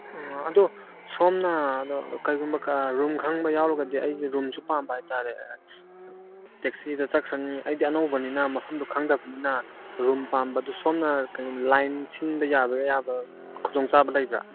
ꯑꯗꯨ ꯁꯣꯝꯅ ꯑꯗꯣ ꯀꯩꯒꯨꯝꯕ ꯔꯨꯝ ꯈꯪꯕ ꯌꯥꯎꯔꯒꯗꯤ ꯑꯩꯒꯤ ꯔꯨꯝꯁꯨ ꯄꯥꯝꯕ ꯍꯥꯏ ꯇꯥꯔꯦ ꯇꯦꯛꯁꯤꯗ ꯆꯠꯈ꯭ꯔꯅꯤ ꯑꯩꯗꯤ ꯑꯅꯧꯕꯅꯤꯅ ꯃꯐꯝꯗꯨ ꯈꯪꯗꯕꯅꯤꯅ ꯔꯨꯝ ꯄꯥꯝꯕ ꯑꯗꯨ ꯁꯣꯝꯅ ꯀꯩꯅꯣ ꯂꯥꯏꯟ ꯁꯤꯟꯕ ꯌꯥꯕꯩ ꯌꯥꯕ ꯈꯨꯗꯣꯡꯆꯥꯕ ꯂꯩꯕ꯭ꯔꯥ